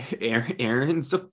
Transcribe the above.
Aaron's